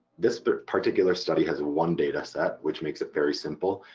this particular study has one dataset which makes it very simple.